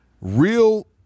real